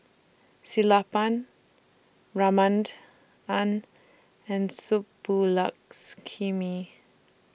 Sellapan An and Subbulakshmi